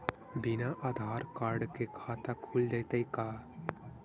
बिना आधार कार्ड के खाता खुल जइतै का?